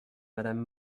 madame